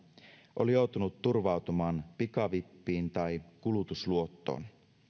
oli joutunut turvautumaan pikavippiin tai kulutusluottoon